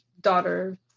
daughter